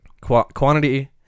Quantity